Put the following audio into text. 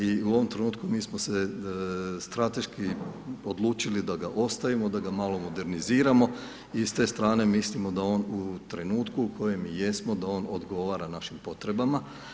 I u ovom trenutku mi smo se strateški odlučili da ga ostavimo, da ga malo moderniziramo i s te strane mislimo da on u trenutku u kojem i jesmo da on odgovara našim potrebama.